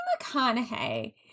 McConaughey